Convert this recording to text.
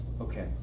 Okay